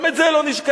גם את זה לא נשכח.